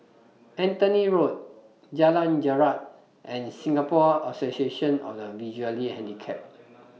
Anthony Road Jalan Jarak and Singapore Association of The Visually Handicapped